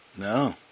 No